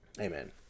amen